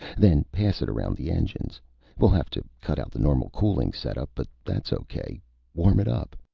then pass it around the engines we'll have to cut out the normal cooling set-up, but that's okay warm it up.